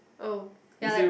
oh ya like